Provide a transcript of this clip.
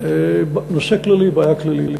נושא כללי, בעיה כללית.